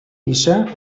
gisa